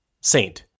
Saint